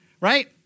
right